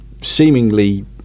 seemingly